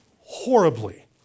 Horribly